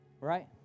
right